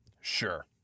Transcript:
Sure